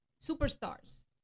superstars